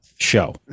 show